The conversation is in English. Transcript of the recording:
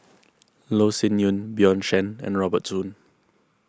Loh Sin Yun Bjorn Shen and Robert Soon